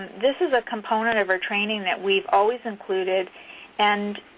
this is a component of our training that we've always included and